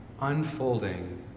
unfolding